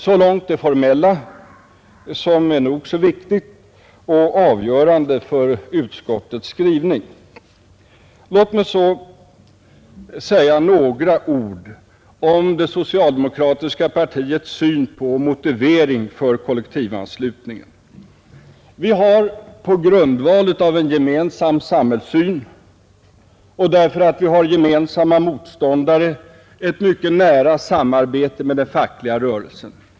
Så långt det formella, som är nog så viktigt och avgörande för utskottets skrivning. Låt mig så säga några ord om det socialdemokratiska partiets syn på och motivering för kollektivanslutningen. Vi har på grundval av en gemensam samhällssyn och därför att vi har gemensamma motståndare ett mycket nära samarbete med den fackliga rörelsen.